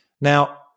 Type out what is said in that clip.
Now